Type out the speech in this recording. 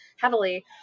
heavily